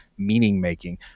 meaning-making